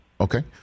Okay